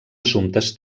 assumptes